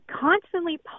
constantly